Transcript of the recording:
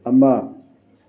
ꯑꯃ